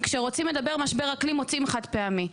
כשרוצים לדבר משבר אקלים, מוצאים חד פעמי.